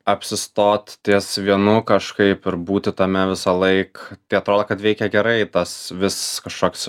apsistot ties vienu kažkaip ir būti tame visą laik tai atrodo kad veikia gerai tas vis kažkoks